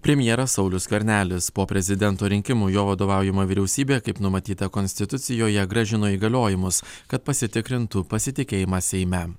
premjeras saulius skvernelis po prezidento rinkimų jo vadovaujama vyriausybė kaip numatyta konstitucijoje grąžino įgaliojimus kad pasitikrintų pasitikėjimą seime